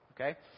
okay